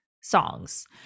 songs